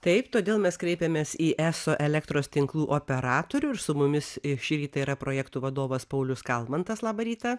taip todėl mes kreipėmės į eso elektros tinklų operatorių ir su mumis šį rytą yra projektų vadovas paulius kalmantas labą rytą